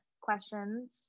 questions